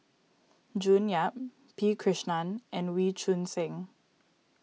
June Yap P Krishnan and Wee Choon Seng